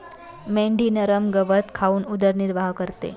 मेंढी नरम गवत खाऊन उदरनिर्वाह करते